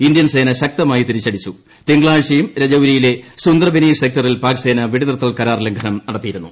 Indian സേന ശക്തമായി തിരിച്ചടിച്ചു തിങ്കളാഴ്ചയും രജൌരിയിലെ സുന്ദർബനി സെക്ടറിൽ പാക്സേന് വെടിനിർത്തൽ കരാർ ലംഘനം നടത്തിയിരുന്നു